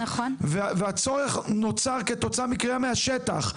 והצורך נוצר כתוצאה מקריאה מהשטח.